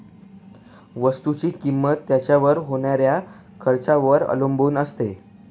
वस्तुची किंमत त्याच्यावर होणाऱ्या खर्चावर अवलंबून असते